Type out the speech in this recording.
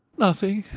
nothing,